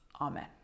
Amen